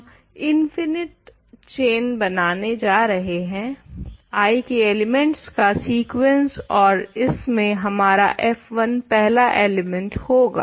हम infinite chain बनाने जा रहे हैं I के एलिमेंट्स का सीक्वेंस ओर इसमें हमारा f1 पहला एलिमेंट होगा